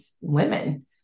women